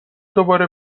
دوباره